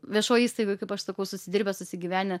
viešoj įstaigoj kaip aš sakau susidirbę susigyvenę